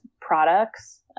products